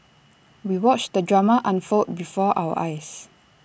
we watched the drama unfold before our eyes